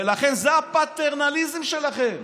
זה הפטרנליזם שלכם.